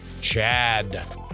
Chad